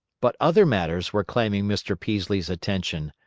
but other matters were claiming mr. peaslee's attention.